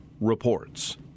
reports